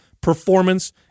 performance